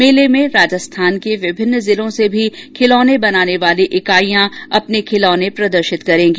मेले में राजस्थान के विभिन्न जिलों से भी खिलौने बनाने वाली इकाइयां अपने खिलौने प्रदर्शित करेंगी